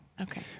Okay